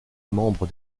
membre